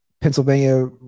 Pennsylvania